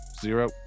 zero